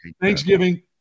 Thanksgiving